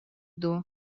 дуо